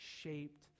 shaped